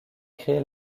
créé